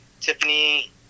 Tiffany